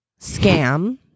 scam